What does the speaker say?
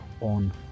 on